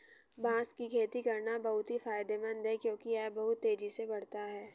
बांस की खेती करना बहुत ही फायदेमंद है क्योंकि यह बहुत तेजी से बढ़ता है